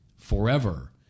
forever